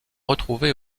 retrouvés